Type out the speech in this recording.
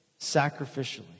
sacrificially